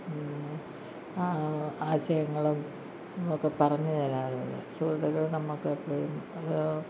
ആശയങ്ങളും ഒക്കെ പറഞ്ഞു തരാറുണ്ട് സുഹൃത്തുക്കൾ നമുക്ക് എപ്പോഴും